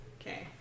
Okay